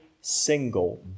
single